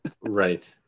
Right